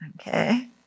Okay